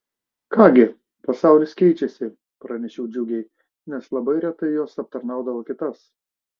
ką gi pasaulis keičiasi pranešiau džiugiai nes labai retai jos aptarnaudavo kitas